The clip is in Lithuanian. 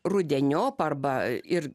rudeniop arba ir